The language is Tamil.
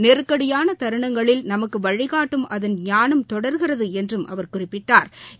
நெருக்கடியாள தருணங்களில் நமக்கு வழிகாட்டும் அதன் ஞானம் தொடர்கிறது என்றும் அவர் குறிப்பிட்டாள்